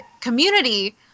community